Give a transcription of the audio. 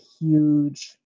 huge